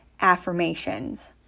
affirmations